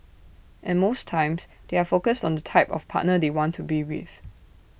and most times they are focused on the type of partner they want to be with